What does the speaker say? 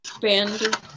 band